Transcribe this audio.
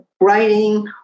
writing